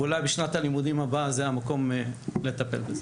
ואולי בשנת הלימודים הבאה זה המקום לטפל בזה.